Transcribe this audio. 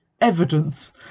evidence